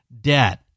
debt